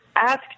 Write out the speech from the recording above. ask